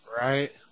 Right